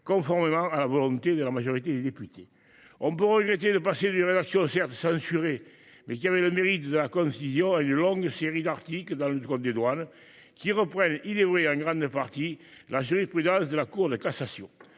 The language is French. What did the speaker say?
conformément à la volonté de la majorité des députés. On peut regretter de passer d’une rédaction, certes censurée, mais qui avait le mérite de la concision, à une longue série d’articles dans le code des douanes, qui reprennent, il est vrai, en grande partie la jurisprudence de la Cour de cassation.